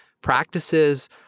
practices